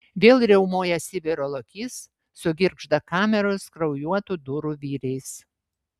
vėl riaumoja sibiro lokys sugirgžda kameros kraujuotų durų vyriais